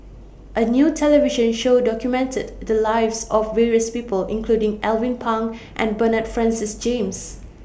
A New television Show documented The Lives of various People including Alvin Pang and Bernard Francis James